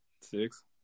Six